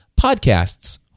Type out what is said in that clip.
podcasts